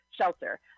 shelter